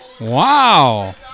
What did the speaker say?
Wow